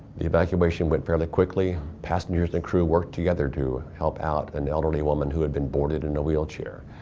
the evacuation went fairly quickly. passengers and crew worked together to help out an elderly woman who had been boarded in a wheelchair.